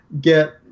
get